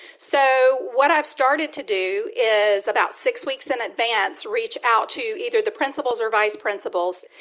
so what i've started to do is about six weeks in advance reach out to either the principals or vice principals,